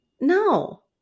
No